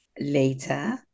later